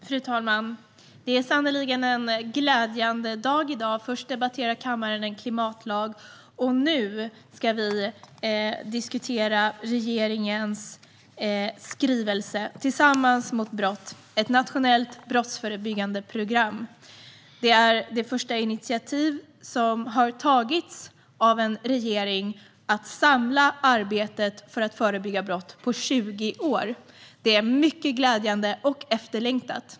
Fru talman! Det är sannerligen en glädjande dag i dag. Först debatteras en klimatlag i kammaren, och nu ska vi diskutera regeringens skrivelse Tillsammans mot brott - ett nationellt brottsförebyggande program . Det är det första initiativet på 20 år som en regering har tagit för att samla arbetet för att förebygga brott. Det är mycket glädjande och efterlängtat.